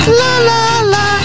la-la-la